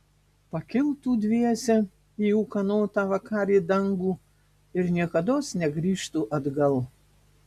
pakiltų dviese į ūkanotą vakarį dangų ir niekados negrįžtų atgal